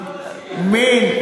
מן,